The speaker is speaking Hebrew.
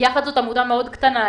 יחד זאת עמותה מאוד קטנה.